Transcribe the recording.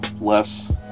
less